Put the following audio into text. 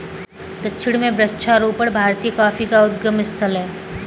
दक्षिण में वृक्षारोपण भारतीय कॉफी का उद्गम स्थल है